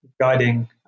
guiding